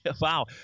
Wow